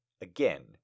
again